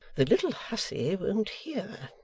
the little hussy won't hear.